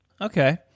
Okay